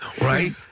Right